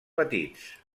petits